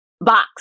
box